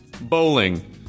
Bowling